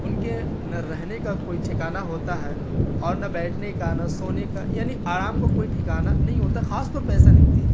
ان کے نہ رہنے کا کوئی ٹھکانہ ہوتا ہے اور نہ بیٹھنے کا نہ سونے کا یعنی آرام کا کوئی ٹھکانہ نہیں ہوتا خاص طور پہ ایسا دکھتی ہے